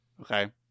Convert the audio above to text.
okay